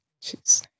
Jesus